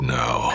now